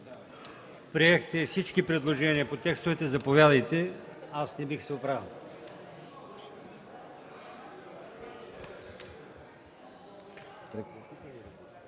приехте всички предложения по текстовете, заповядайте. Аз не бих се оправил.